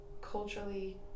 culturally